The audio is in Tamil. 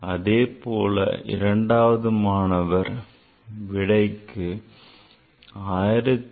அதேபோல் இரண்டாவது விடைக்கு 1174